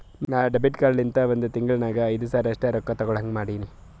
ನಾ debit card ಲಿಂತ ಒಂದ್ ತಿಂಗುಳ ನಾಗ್ ಐಯ್ದು ಸರಿ ಅಷ್ಟೇ ರೊಕ್ಕಾ ತೇಕೊಳಹಂಗ್ ಮಾಡಿನಿ